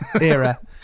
era